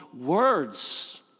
words